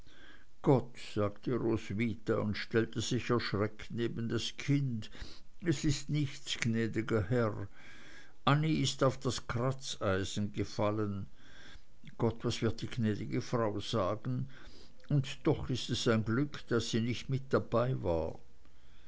gott sagte roswitha und stellte sich erschrocken neben das kind es ist nichts gnädiger herr annie ist auf das kratzeisen gefallen gott was wird die gnädige frau sagen und doch ist es ein glück daß sie nicht mit dabei war